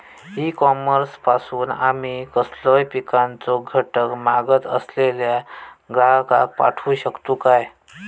E commerce पासून आमी कसलोय पिकाचो घटक मागत असलेल्या ग्राहकाक पाठउक शकतू काय?